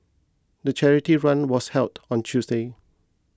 the charity run was held on Tuesday